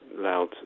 loud